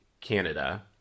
Canada